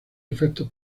efectos